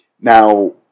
Now